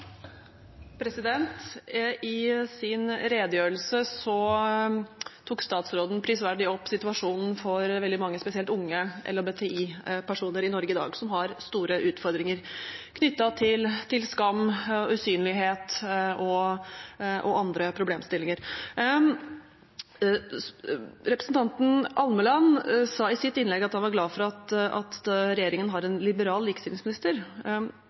veldig mange, spesielt unge, LHBTI-personer i Norge i dag som har store utfordringer knyttet til skam, usynlighet og andre problemstillinger. Representanten Almeland sa i sitt innlegg at han er glad for at regjeringen har en liberal likestillingsminister.